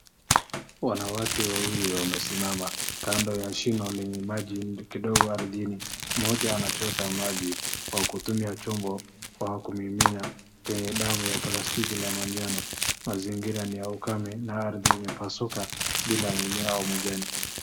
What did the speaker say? Wanawake wawili wamesimama kando ya shimo lenye maji kidogo ardhini. Mmoja anachota maji kwa kutumia chombo au kumimina kwenye damu la plastiki ya manjano. Mazingira ni ya ukame na ardhi imepasuka bila mimea au majani.